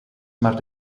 maar